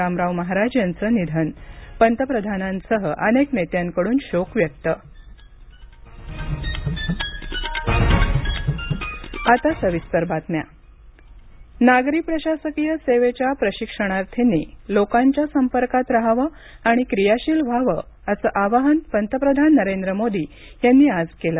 रामराव महाराज यांचं निधन पंतप्रधानांसह अनेक नेत्यांकडून शोक व्यक्त पंतप्रधान नागरी प्रशासकीय सेवेच्या प्रशिक्षणार्थींनी लोकांच्या संपर्कात रहावं आणि क्रियाशील व्हावं असं आवाहन पंतप्रधान नरेंद्र मोदी यांनी आज केलं